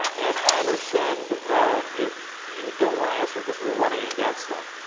and i understand if you don't want to answer because you are running against them,